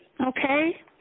okay